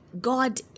God